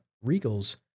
Regal's